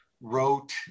wrote